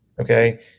Okay